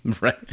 Right